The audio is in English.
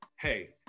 hey